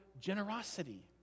generosity